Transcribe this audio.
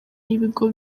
y’ibigo